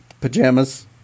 Pajamas